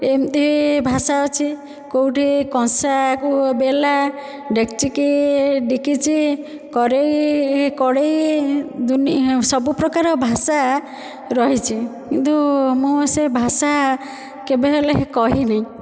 ଏମିତି ଭାଷା ଅଛି କେଉଁଠି କଂସାକୁ ବେଲା ଡେକ୍ଚିକୁ ଡେକ୍ଚି କରେଇ କଡ଼େଇ ସବୁ ପ୍ରକାର ଭାଷା ରହିଛି କିନ୍ତୁ ମୁଁ ସେ ଭାଷା କେବେ ହେଲେ କହିବି